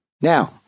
Now